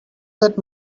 that